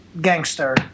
gangster